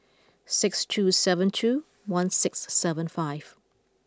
six two seven two one six seven five